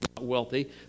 wealthy